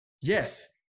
Yes